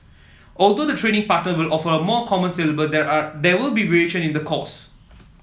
although the training partners will offer a common syllabus there are there will be variation in the course